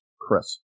Chris